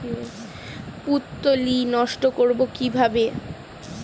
পুত্তলি নষ্ট করব কিভাবে?